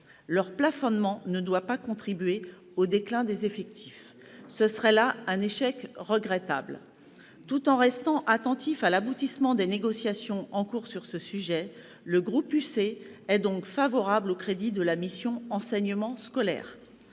Leur plafonnement ne doit pas contribuer au déclin des effectifs. Ce serait là un échec regrettable. Tout en restant attentif à l'aboutissement des négociations en cours sur ce sujet, le groupe Union Centriste est favorable aux crédits de la mission « Enseignement scolaire »,